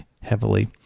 heavily